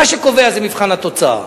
מה שקובע זה מבחן התוצאה.